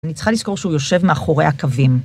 אני צריכה לזכור שהוא יושב מאחורי הקווים.